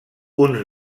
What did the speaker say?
uns